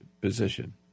position